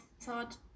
thought